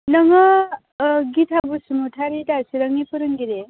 नोङो गिथा बसुमतारि दा चिरांनि फोरोंगिरि